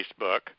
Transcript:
Facebook